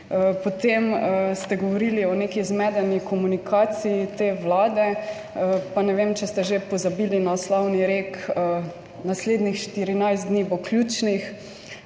Potem ste govorili o neki zmedeni komunikaciji te vlade, pa ne vem, če ste že pozabili na slavni rek Naslednjih 14 dni bo ključnih